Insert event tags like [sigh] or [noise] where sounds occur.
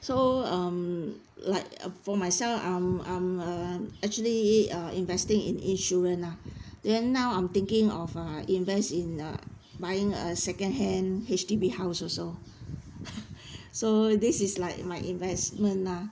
so um like err for myself I'm I'm uh um actually uh investing in insurance lah then now I'm thinking of uh invest in a buying a second hand H_D_B house also [laughs] so this is like my investment lah